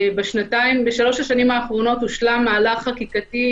בשלוש השנים האחרונות הושלם מהלך חקיקתי,